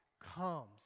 comes